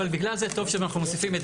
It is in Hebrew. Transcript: אבל בגלל זה טוב שאנחנו מוסיפים את